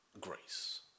grace